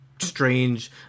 strange